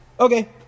okay